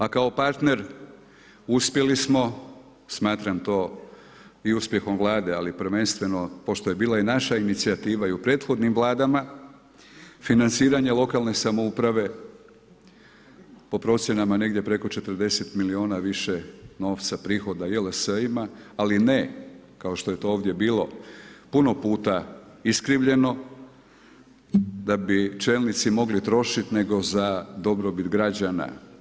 A kao partner uspjeli smo, smatram to i uspjehom Vlade ali prvenstveno pošto je bila i naša inicijativa i u prethodnim Vladama, financiranje lokalne samouprave po procjenama negdje preko 40 milijuna više novca prihoda JLS-ima ali ne kao što je to ovdje bilo puno puta iskrivljeno da bi čelnici mogli trošiti nego za dobrobit građana.